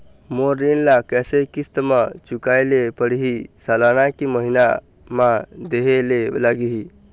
मोर ऋण ला कैसे किस्त म चुकाए ले पढ़िही, सालाना की महीना मा देहे ले लागही?